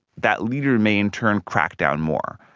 that leader may in turn crack down more,